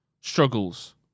struggles